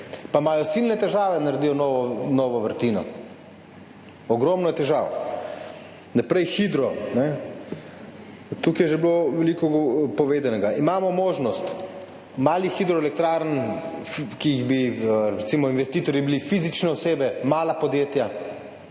pa imajo silne težave narediti novo vrtino. Ogromno je težav. Naprej, hidro. Tukaj je že bilo veliko povedanega. Imamo možnost malih hidroelektrarn, katerih investitorji bi bile recimo fizične osebe, mala podjetja.